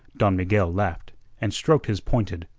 don miguel laughed and stroked his pointed,